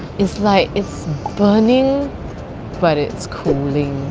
it's like it's burning but it's cooling.